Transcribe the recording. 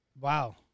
Wow